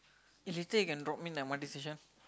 eh later you can drop me in M_R_T station